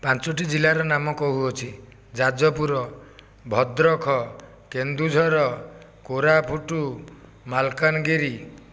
ପାଞ୍ଚୋଟି ଜିଲ୍ଲାର ନାମ କହୁଅଛି ଯାଜପୁର ଭଦ୍ର କେନ୍ଦୁଝର କୋରାପୁଟ ମାଲକାନଗିରି